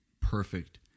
perfect